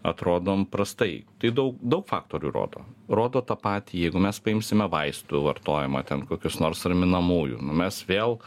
atrodom prastai tai daug daug faktorių rodo rodo tą patį jeigu mes paimsime vaistų vartojimą ten kokius nors raminamųjų nu mes vėl